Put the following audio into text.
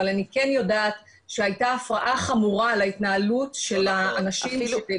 אבל אני כן יודעת שהייתה הפרעה חמורה להתנהלות של האנשים.